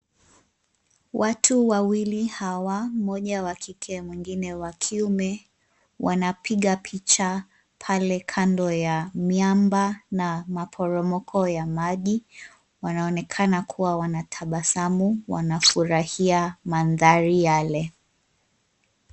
Watu wawili hawa, mmoja wa kike mwingine wa kiume wanapiga picha pale kando ya miamba na maporomoko ya maji. Wanaonekana kuwa wanatabasamu , wanafurahia mandhari yale.